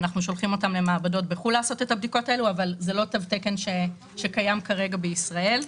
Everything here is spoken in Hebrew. זה לא תו תקן שקיים כרגע בישראל.